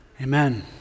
Amen